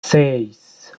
seis